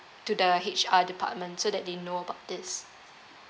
to the H_R department so that they know about this